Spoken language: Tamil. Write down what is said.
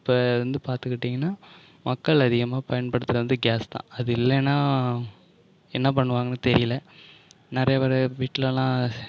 இப்போ வந்து பார்த்துக்கிட்டீங்கன்னா மக்கள் அதிகமாக பயன்படுத்துறது வந்து கேஸ் தான் அது இல்லைன்னா என்ன பண்ணுவாங்கன்னு தெரியல நிறைய பேர் வீட்டிலலாம்